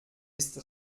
ist